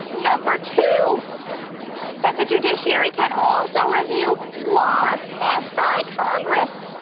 number two that the judiciary can also review laws passed by congress.